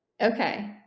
Okay